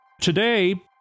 Today